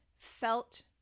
felt